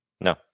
No